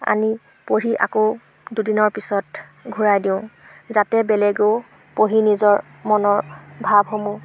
আনি পঢ়ি আকৌ দুদিনৰ পিছত ঘূৰাই দিওঁ যাতে বেলেগেও পঢ়ি নিজৰ মনৰ ভাৱসমূহ